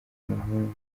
umuhungu